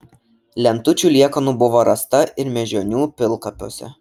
lentučių liekanų buvo rasta ir mėžionių pilkapiuose